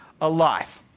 alive